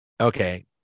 okay